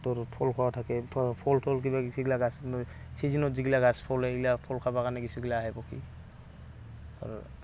তোৰ ফল খোৱা থাকে ফল তল কিবাকিবি এইগিলাক গাছ এই ছিজনত যিগিলা গাছ ফল সেইগিলা ফল খাবাৰ কাৰণে কিছুগিলা আহে পক্ষী আৰু